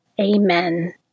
Amen